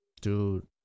Dude